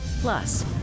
Plus